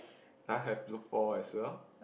uh have look four as well